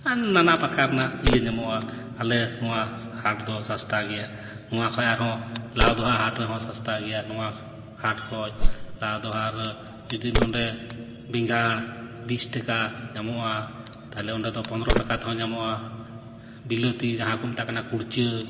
ᱟᱨ ᱱᱟᱱᱟ ᱯᱟᱨᱠᱟᱨ ᱨᱮᱱᱟᱜ ᱤᱭᱟᱹ ᱧᱟᱢᱚᱜᱼᱟ ᱟᱞᱮ ᱱᱚᱣᱟ ᱦᱟᱴ ᱫᱚ ᱥᱟᱥᱛᱟ ᱜᱮᱭᱟ ᱱᱚᱣᱟ ᱠᱷᱚᱡ ᱟᱨᱦᱚᱸ ᱞᱟᱣᱫᱚᱦᱟ ᱦᱟᱴ ᱨᱮᱦᱚᱸ ᱥᱟᱥᱛᱟ ᱜᱮᱭᱟ ᱱᱚᱣᱟ ᱦᱟᱴ ᱠᱷᱚᱡ ᱞᱟᱣᱫᱚᱦᱟ ᱡᱩᱫᱤ ᱱᱚᱰᱮ ᱵᱮᱸᱜᱟᱲ ᱵᱤᱥ ᱴᱟᱠᱟ ᱧᱟᱢᱚᱜᱼᱟ ᱛᱟᱦᱚᱞᱮ ᱚᱸᱰᱮ ᱫᱚ ᱯᱚᱱᱨᱚ ᱴᱟᱠᱟ ᱛᱮᱦᱚᱸ ᱧᱟᱢᱚᱜᱼᱟ ᱵᱤᱞᱟᱹᱛᱤ ᱡᱟᱦᱟᱸ ᱫᱚᱠᱚ ᱢᱮᱛᱟᱜ ᱠᱟᱱᱟ ᱠᱩᱲᱪᱟᱹ